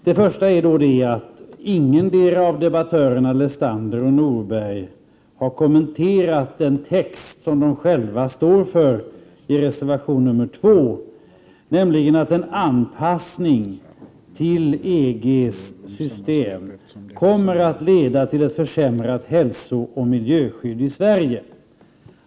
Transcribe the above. Den första gäller att ingen av debattörerna Paul Lestander och Lars Norberg har kommenterat den text i reservation 2 som de står bakom, nämligen att en anpassning till EG:s system kommer att leda till ett försämrat hälsooch miljöskydd i Sverige.